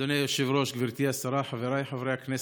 אדוני היושב-ראש, גברתי השרה, חבריי חברי הכנסת,